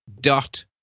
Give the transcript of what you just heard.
dot